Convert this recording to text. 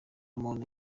muntu